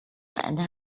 and